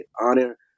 honor